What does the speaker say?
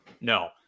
No